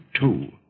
two